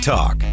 Talk